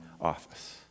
office